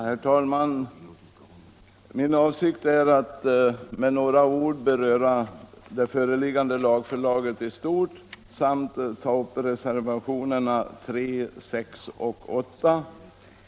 Herr talman! Min avsikt är att med några ord beröra det föreliggande lagförslaget i stort samt att ta upp reservationerna 3, 6 och 8.